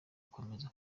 gukomeza